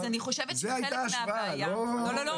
במצב שאנו יודעים